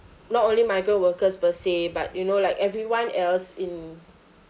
not only migrant workers per se but you know like everyone else in